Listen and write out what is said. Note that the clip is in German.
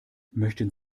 möchten